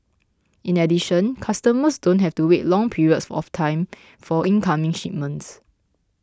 in addition customers don't have to wait long periods of time for incoming shipments